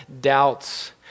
doubts